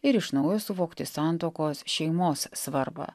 ir iš naujo suvokti santuokos šeimos svarbą